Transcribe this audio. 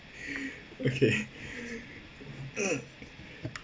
okay